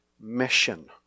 mission